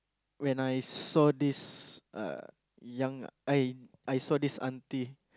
when I saw this uh young I I saw this aunty